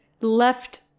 left